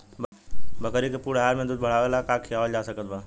बकरी के पूर्ण आहार में दूध बढ़ावेला का खिआवल जा सकत बा?